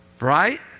right